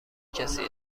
کسی